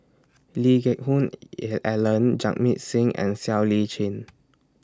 Lee Geck Hoon Ellen Jamit Singh and Siow Lee Chin